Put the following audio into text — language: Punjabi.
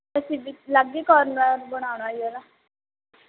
ਅਸੀਂ ਵਿੱਚ ਅਲੱਗ ਹੀ ਕੋਰਨਰ ਬਣਾਉਣਾ ਜੀ ਉਹਦਾ